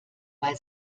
bei